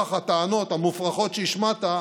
נוכח הטענות המופרכות שהשמעת,